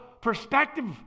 perspective